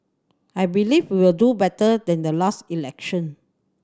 I believe we will do better than the last election